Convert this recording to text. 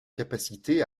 capacité